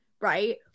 right